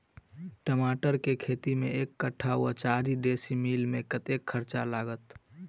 टमाटर केँ खेती मे एक कट्ठा वा चारि डीसमील मे कतेक खर्च लागत?